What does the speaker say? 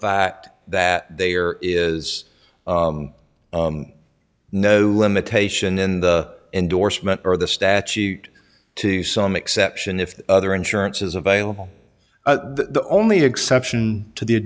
fact that they are is no limitation in the endorsement or the statute to some exception if other insurance is available the only exception to the